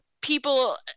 people